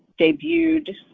debuted